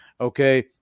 Okay